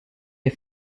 des